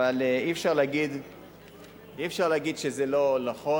אבל אי-אפשר להגיד שזה לא נכון.